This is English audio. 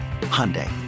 Hyundai